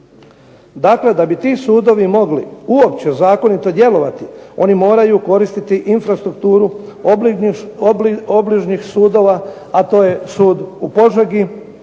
Dakle, da bi ti sudovi mogli uopće zakonito djelovati oni moraju koristiti infrastrukturu obližnjih sudova, a to je sud u Požegi,